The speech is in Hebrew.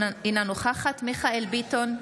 אינה נוכחת מיכאל מרדכי ביטון,